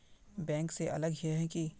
Bank से अलग हिये है की?